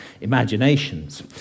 imaginations